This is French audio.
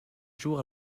jour